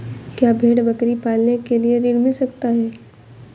क्या भेड़ बकरी पालने के लिए ऋण मिल सकता है?